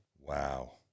Wow